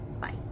Bye